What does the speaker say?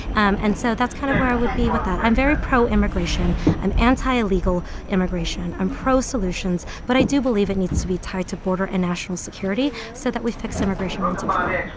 um and so that's kind of where i would be with that. i'm very pro-immigration. i'm anti-illegal immigration. i'm pro-solutions, but i do believe it needs to be tied to border and national security so that we fix immigration once and for all